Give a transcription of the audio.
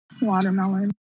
Watermelon